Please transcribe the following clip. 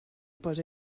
bod